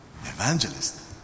Evangelist